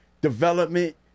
development